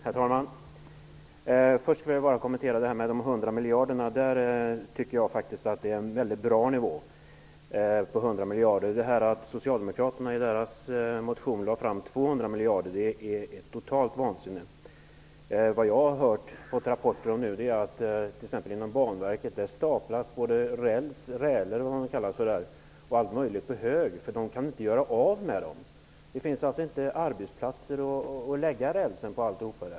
Herr talman! Först vill jag kommentera detta med de 100 miljarderna. Jag tycker faktiskt att det är en bra nivå. Socialdemokraterna föreslog i sin motion 200 miljarder. Det är totalt vansinne. Såvitt jag hört och fått rapporter staplas det inom Banverket både räls och allt möjligt på hög, för man kan inte göra sig av med dem. Det finns inte plats att lägga rälsen på.